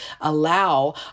allow